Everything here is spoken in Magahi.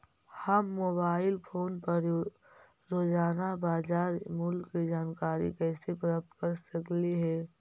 हम मोबाईल फोन पर रोजाना बाजार मूल्य के जानकारी कैसे प्राप्त कर सकली हे?